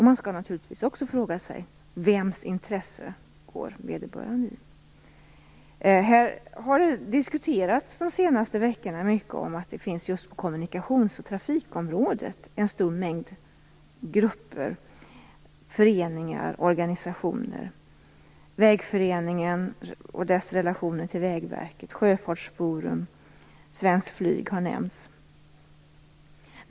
Man skall naturligtvis också fråga sig i vems ärenden vederbörande går. De senaste veckorna har det diskuterats mycket att det finns en stor mängd grupper, föreningar och organisationer just på kommunikations och trafikområdet. Det gäller t.ex. Vägföreningen och dess relationer till Vägverket, Sjöfartsforum, Svenskt Flyg osv.